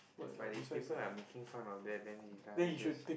but if people are making fun of that then he is rather just